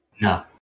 No